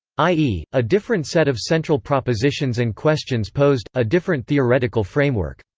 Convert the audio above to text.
i e, a different set of central propositions and questions posed, a different theoretical framework.